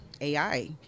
AI